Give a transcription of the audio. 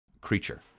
creature